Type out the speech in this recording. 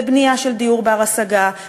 לבנייה של דיור בר-השגה,